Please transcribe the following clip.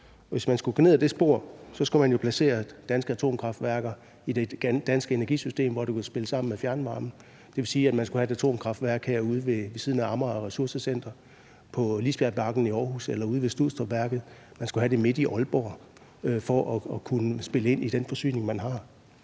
Hvis man skal gå ned ad det spor, skulle man jo placere danske atomkraftværker i det danske energisystem, hvor det ville kunne spille sammen med fjernvarme. Det vil sige, at man skulle have et atomkraftværk herude ved siden af Amager Ressourcecenter, på Lisbjergbakken i Aarhus eller ude ved Studstrupværket. Man skulle have det midt i Aalborg, for at det kunne spille ind i den energiforsyning, man har.